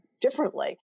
differently